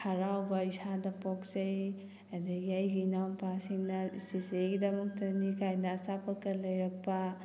ꯍꯔꯥꯎꯕ ꯏꯁꯥꯗ ꯄꯣꯛꯆꯩ ꯑꯗꯒꯤ ꯑꯩꯒꯤ ꯏꯅꯥꯎꯄꯥꯁꯤꯡꯅ ꯆꯤꯆꯦꯒꯤꯗꯃꯛꯅꯤ ꯀꯥꯏꯅ ꯑꯆꯥꯄꯣꯠꯀ ꯂꯩꯔꯛꯄ